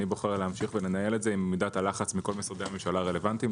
אני בוחר להמשיך ולנהל את זה עם מידת הלחץ מכל משרדי הממשלה הרלוונטיים,